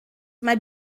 mae